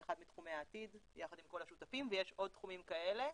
זה אחד מתחומי העתיד יחד עם כל השותפים ויש עוד שותפים כאלה.